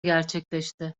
gerçekleşti